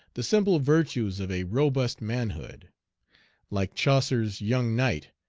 the simple virtues of a robust manhood like chaucer's young knight,